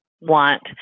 want